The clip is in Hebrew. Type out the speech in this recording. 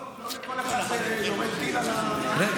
לא על כל אחד נורה טיל על, רגע.